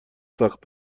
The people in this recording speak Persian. سخت